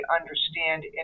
understand